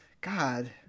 God